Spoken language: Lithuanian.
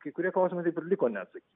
kai kurie klausimai taip liko neatsakyti